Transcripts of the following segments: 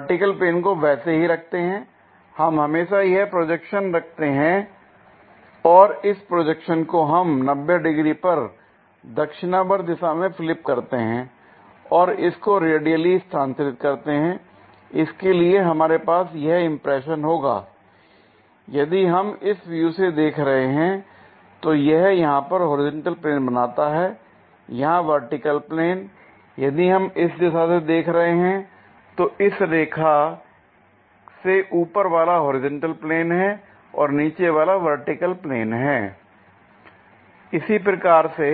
vertical plane को वैसे ही रखते हैं हम हमेशा यह प्रोजेक्शन रखते हैं और इस प्रोजेक्शन को हम 90 डिग्री पर दक्षिणावर्त दिशा में फ्लिप करते हैं और इसको रेडियली स्थानांतरित करते हैं l इसलिए हमारे पास यह इंप्रेशन होगा l यदि हम इस व्यू से देख रहे हैं तो यह यहां पर होरिजेंटल प्लेन बनाता है यहां वर्टिकल प्लेन यदि हम इस दिशा से देख रहे हैं तो इस रेखा से ऊपर वाला होरिजेंटल प्लेन है और नीचे वाला वर्टिकल प्लेन है l इसी प्रकार से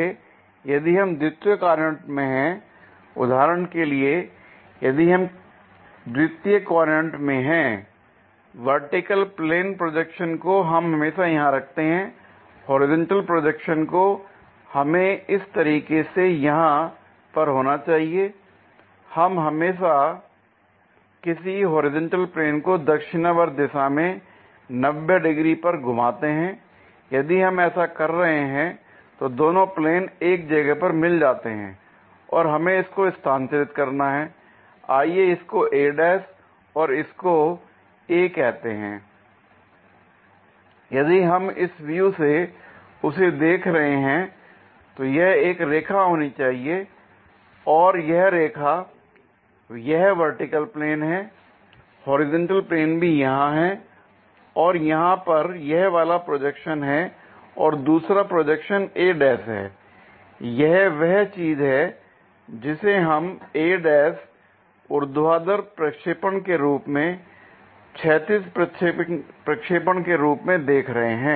यदि हम द्वितीय क्वाड्रेंट में हैं उदाहरण के लिए यहां यदि हम द्वितीय क्वाड्रेंट में हैं वर्टिकल प्लेन प्रोजेक्शन को हम हमेशा यहां रखते हैं होरिजेंटल प्रोजेक्शन को हमें इस तरीके से यहां पर होना चाहिए l हम हमेशा किसी होरिजेंटल प्लेन को दक्षिणावर्ती दिशा में 90 डिग्री पर घुमाते हैं l यदि हम ऐसा कर रहे हैं तो दोनों प्लेन एक जगह पर मिल जाते हैं और हमें इसको स्थानांतरित करना है आइए इसको a' और a कहते हैं l यदि हम इस व्यू से उसे देख रहे हैं तो यह एक रेखा होनी चाहिए और यह रेखा यह वर्टिकल प्लेन है होरिजेंटल प्लेन भी यहां है और यहां पर यह वाला प्रोजेक्शन है और दूसरा प्रोजेक्शन a' है l यह वह चीज है जिसे हम a ' ऊर्ध्वाधर प्रक्षेपण के रूप में क्षैतिज प्रक्षेपण के रूप में देख रहे हैं